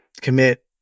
commit